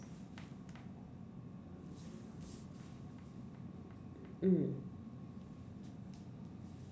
mm